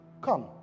Come